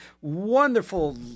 wonderful